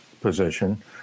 position